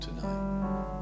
tonight